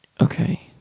Okay